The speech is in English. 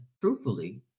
truthfully